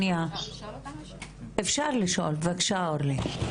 אורלי, אפשר לשאול, בבקשה.